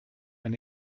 ein